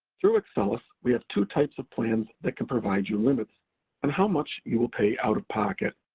through excellus, we have two types of plans that can provide you limits on how much you will pay out of pocket,